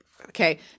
Okay